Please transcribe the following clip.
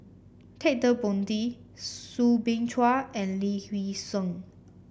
Ted De Ponti Soo Bin Chua and Lee Hee Seng